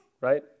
right